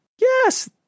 Yes